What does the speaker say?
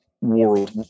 world